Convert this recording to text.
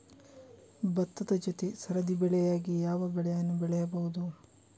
ಭತ್ತದ ಜೊತೆ ಸರದಿ ಬೆಳೆಯಾಗಿ ಯಾವ ಬೆಳೆಯನ್ನು ಬೆಳೆಯಬಹುದು?